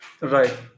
Right